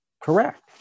correct